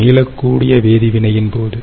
மீளக்கூடிய வேதி வினையின் போது